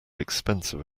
expensive